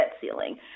ceiling